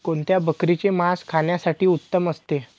कोणत्या बकरीचे मास खाण्यासाठी उत्तम असते?